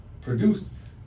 produced